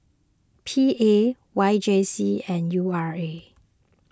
P A Y J C and U R A